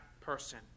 person